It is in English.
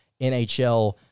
NHL